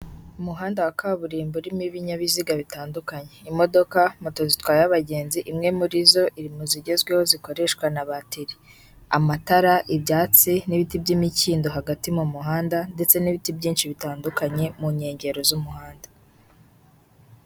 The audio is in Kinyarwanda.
Umuhanda wa kaburimbo urimo ibinyabiziga bitandukanye, imodoka, moto zitwaye abagenzi imwe muri zo iri mu zigezweho zikoreshwa na bateri, amatara, ibyatsi n'ibiti by'imikindo hagati mu muhanda ndetse n'ibiti byinshi bitandukanye mu nkengero z'umuhanda.